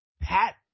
Pat